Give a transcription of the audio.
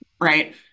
right